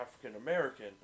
African-American